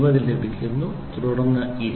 000 ലഭിക്കുന്നു ഒടുവിൽ ഞാൻ 20